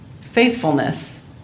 faithfulness